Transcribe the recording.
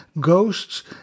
ghosts